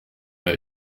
l’a